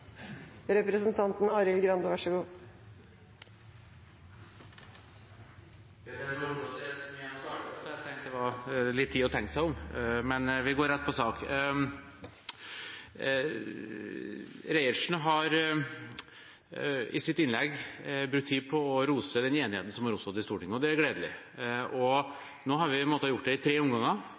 Representanten Reiertsen har i sitt innlegg brukt tid på å rose den enigheten som har oppstått i Stortinget, og det er gledelig. Når det gjelder likestillingsmeldingen, har vi måttet gjøre det i tre omganger,